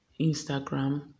instagram